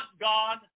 God